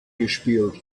gespielt